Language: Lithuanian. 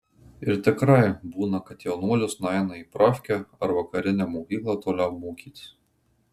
ir tikrai būna kad jaunuolis nueina į profkę ar vakarinę mokyklą toliau mokytis